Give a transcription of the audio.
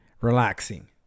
relaxing